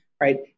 right